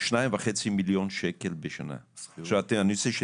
2.5 מיליון שקל בשנה שכירות.